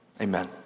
Amen